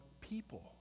people